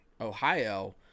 Ohio